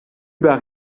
bas